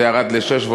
זה ירד לשש,